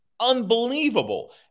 unbelievable